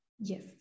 Yes